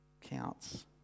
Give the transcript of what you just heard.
counts